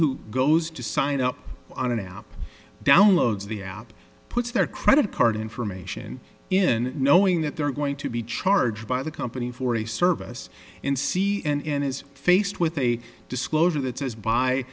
who goes to sign up on an app downloads the app puts their credit card information in knowing that they're going to be charged by the company for a service in ca and is faced with a disclosure that says b